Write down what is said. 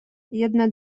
jedne